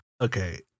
Okay